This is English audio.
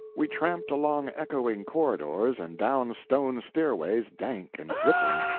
we tramped along echoing corridors, and down stone stairways dank and dripping,